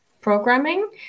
programming